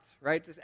right